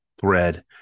thread